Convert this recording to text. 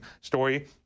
story